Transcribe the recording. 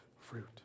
fruit